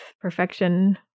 perfection